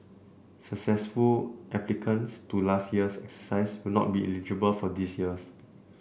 successful applicants to last year's exercise will not be eligible for this year's